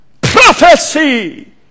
prophecy